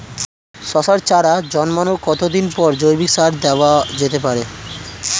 শশার চারা জন্মানোর কতদিন পরে জৈবিক সার দেওয়া যেতে পারে?